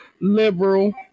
liberal